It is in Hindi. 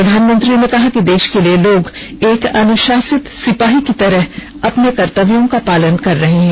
प्रधानमंत्री ने कहा कि देश के लिए लोग एक अनुशासित सिपाही की तरह अपने कर्तव्यों का पालन कर रहे हैं